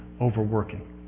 overworking